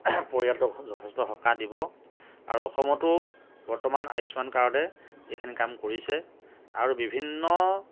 পৰিয়ালটোক যথেষ্ট সকাহ দিব আৰু অসমতো বৰ্তমান আয়ুস্মান কাৰ্ডে এইখিনি কাম কৰিছে আৰু বিভিন্ন